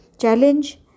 Challenge